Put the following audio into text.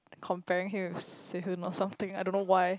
comparing him with Sehun or something I don't know why